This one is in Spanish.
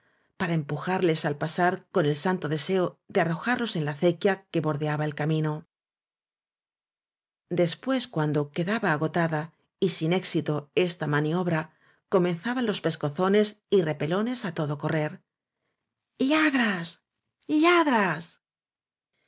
para empujarles al pasar con el santo deseo de arrojarlos en la acequia que bordeaba el camino después cuando quedaba agotada y sin éxito esta maniobra comenzaban los pescozo nes y repelones á todo correr lladres